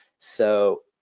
so,